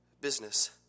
business